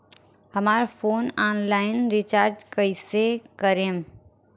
हमार phone online recharge कईसे करेम?